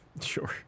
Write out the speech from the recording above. Sure